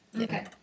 Okay